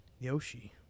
Yoshi